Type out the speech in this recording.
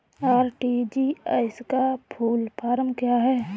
RTGS का full form क्या है?